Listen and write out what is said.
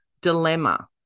dilemma